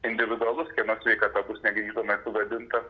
individualus kieno sveikata bus negrįžtamai sugadinta